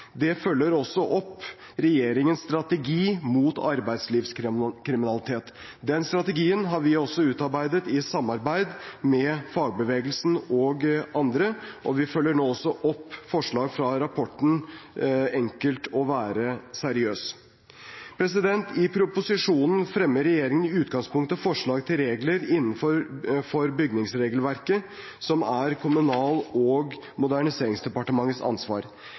Det følger også opp regjeringens strategi mot arbeidslivskriminalitet. Den strategien har vi utarbeidet i samarbeid med fagbevegelsen og andre, og vi følger nå også opp forslag fra rapporten «Enkelt å være seriøs». I proposisjonen fremmer regjeringen i utgangspunktet forslag til regler innenfor bygningsregelverket, som er Kommunal- og moderniseringsdepartementets ansvar.